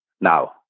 now